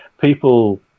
people